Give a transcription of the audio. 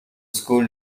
school